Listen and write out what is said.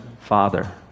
father